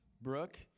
Brooke